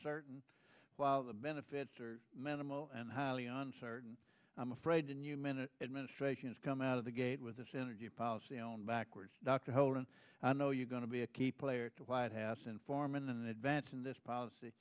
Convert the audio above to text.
certain while the benefits are minimal and highly uncertain i'm afraid and you minute administrations come out of the gate with this energy policy on backwards dr holden i know you're going to be a key player to white house and farm in advance in this policy